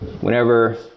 whenever